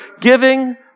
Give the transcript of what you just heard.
giving